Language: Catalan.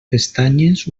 pestanyes